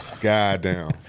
Goddamn